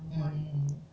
mm